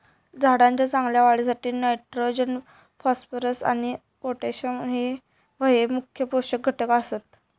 झाडाच्या चांगल्या वाढीसाठी नायट्रोजन, फॉस्फरस आणि पोटॅश हये मुख्य पोषक घटक आसत